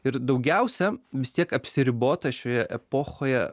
ir daugiausia vis tiek apsiribota šioje epochoje